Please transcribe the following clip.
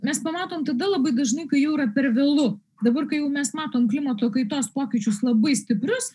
mes pamatom tada labai dažnai kai jau yra per vėlu dabar kai jau mes matom klimato kaitos pokyčius labai stiprius